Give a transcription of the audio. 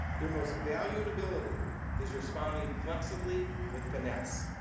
their most valued ability is responding flexibly with finesse.